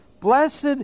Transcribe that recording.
Blessed